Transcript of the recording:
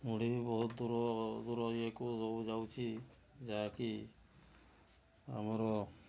ମୁଢ଼ି ବହୁତ ଦୂର ଦୂର ଇଏକୁ ସବୁ ଯାଉଛି ଯାହାକି ଆମର